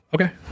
okay